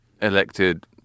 elected